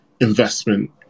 investment